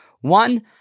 one